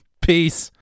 Peace